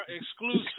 Exclusive